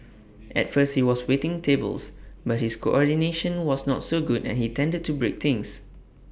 at first he was waiting tables but his coordination was not so good and he tended to break things